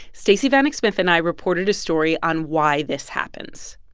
stacey vanek smith and i reported a story on why this happens